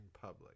public